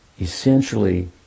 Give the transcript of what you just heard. essentially